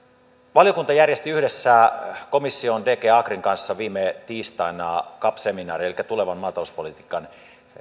valiokunta järjesti yhdessä komission dg agrin kanssa viime tiistaina cap seminaarin elikkä tulevan maatalouspolitiikan